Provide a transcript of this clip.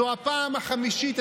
זו הפעם החמישית,